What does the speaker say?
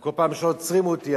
וכל פעם שעוצרים אותי,